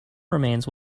remains